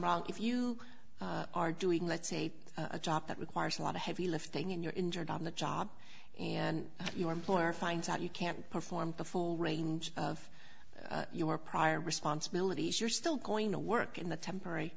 wrong if you are doing that state a job that requires a lot of heavy lifting in you're injured on the job and your employer finds out you can't perform the full range of your prior responsibilities you're still going to work in the temporary